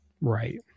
right